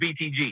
BTG